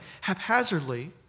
haphazardly